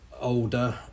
older